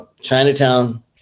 Chinatown